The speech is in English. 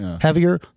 heavier